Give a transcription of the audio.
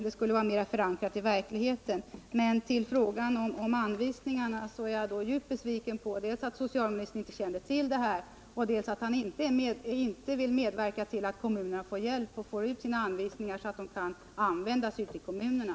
Det skulle vara mera förankrat i verkligheten. Men när det gäller frågan om anvisningarna är jag djupt besviken dels därför att socialministern inte kände till det här, dels därför att han inte vill medverka till att kommunerna får hjälp med att få ut anvisningarna, så att dessa kan användas ute i kommunerna.